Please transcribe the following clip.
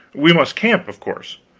we must camp, of course.